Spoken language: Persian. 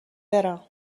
برم